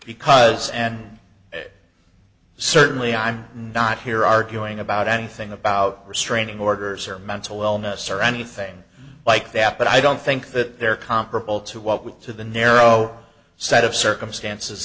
because and certainly i'm not here arguing about anything about restraining orders or mental illness or anything like that but i don't think that they're comparable to what we've to the narrow set of circumstances